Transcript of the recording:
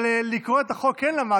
אבל לקרוא את החוק כן למדתי,